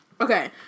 Okay